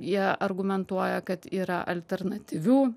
jie argumentuoja kad yra alternatyvių